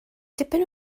dipyn